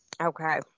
Okay